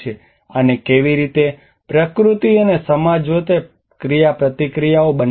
અને કેવી રીતે પ્રકૃતિ અને સમાજ વચ્ચે ક્રિયાપ્રતિક્રિયાઓ બનાવવામાં આવી